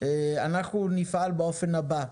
אנחנו נפעל באופן הבא,